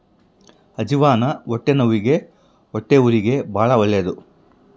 ಅಜ್ಜಿವಾನ ಹೊಟ್ಟೆನವ್ವಿಗೆ ಹೊಟ್ಟೆಹುರಿಗೆ ಬಾಳ ಒಳ್ಳೆದು